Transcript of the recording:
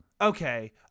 Okay